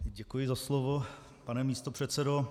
Děkuji za slovo, pane místopředsedo.